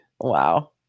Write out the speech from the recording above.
Wow